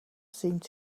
seemed